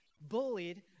bullied